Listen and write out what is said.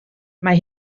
mae